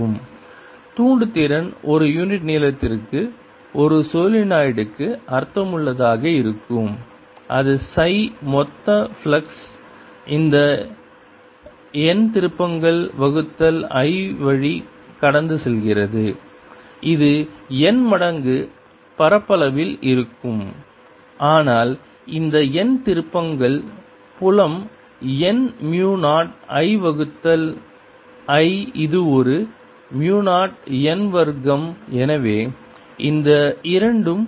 a0n2I2212LI2 or La0n2 தூண்டுதிறன் ஒரு unit நீளத்திற்கு ஒரு சோலெனாய்டுக்கு அர்த்தமுள்ளதாக இருக்கும் அது சை மொத்த ஃப்ளக்ஸ் இது இந்த n திருப்பங்கள் வகுத்தல் I வழி கடந்து செல்கிறது இது n மடங்கு பரப்பளவில் இருக்கும் ஆனால் இந்த n திருப்பங்கள் புலம் n மு 0 I வகுத்தல் I இது ஒரு மு 0 n வர்க்கம் எனவே இந்த இரண்டும் பொருந்தும்